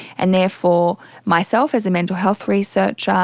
and therefore myself as a mental health researcher,